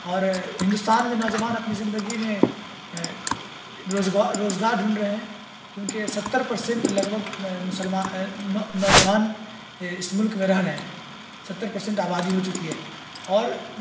اور ہندوستان میں نوجوان اپنی زندگی میں روزگار ڈھونڈ رہے ہیں کیونکہ ستر پرسنٹ لگ بھگ مسلمان نوجوان اس ملک میں رہ رہے ہیں ستر پرسنٹ آبادی ہو چکی ہے اور